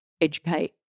educate